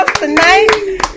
Tonight